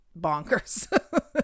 bonkers